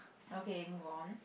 okay move on